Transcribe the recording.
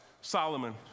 Solomon